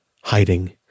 hiding